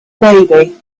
baby